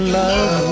love